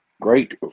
Great